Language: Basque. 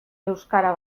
euskara